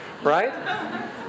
right